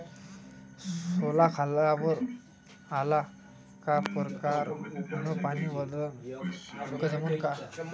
सोला खारावर आला का परकारं न पानी वलनं जमन का?